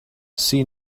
see